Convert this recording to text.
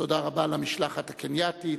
תודה רבה למשלחת הקנייתית.